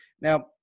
Now